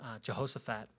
Jehoshaphat